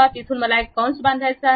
तिथून मला एक कंस बांधायचा आहे